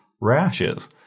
rashes